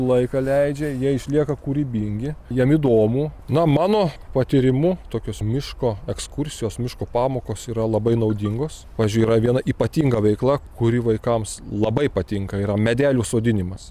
laiką leidžia jie išlieka kūrybingi jiem įdomu na mano patyrimu tokios miško ekskursijos miško pamokos yra labai naudingos pavyzdžiui yra viena ypatinga veikla kuri vaikams labai patinka yra medelių sodinimas